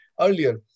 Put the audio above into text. earlier